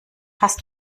hast